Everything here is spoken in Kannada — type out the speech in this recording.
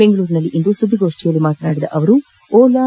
ಬೆಂಗಳೂರಿನಲ್ಲಿಂದು ಸುದ್ದಿಗೋಷ್ಠಿಯಲ್ಲಿ ಮಾತನಾಡಿದ ಅವರು ಓಲಾ